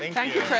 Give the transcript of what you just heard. thank you.